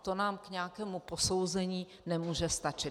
To nám k nějakému posouzení nemůže stačit!